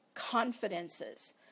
confidences